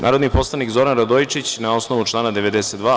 Narodni poslanik Zoran Radojičić, na osnovu člana 92.